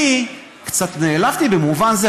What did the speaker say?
אני קצת נעלבתי במובן זה,